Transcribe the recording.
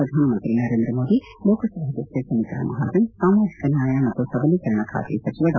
ಪ್ರಧಾನಮಂತ್ರಿ ನರೇಂದ್ರ ಮೋದಿ ಲೋಕಸಭಾಧ್ಯಕ್ಷೆ ಸುಮಿತ್ತಾ ಮಹಾಜನ್ ಸಾಮಾಜಕ ನ್ಯಾಯ ಮತ್ತು ಸಬಲೀಕರಣ ಸಚಿವ ಡಾ